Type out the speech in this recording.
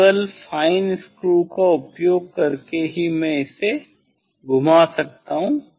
केवल fine screw का उपयोग करके ही मैं इसे घुमा सकता हूँ